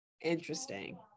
Interesting